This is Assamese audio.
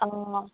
অ'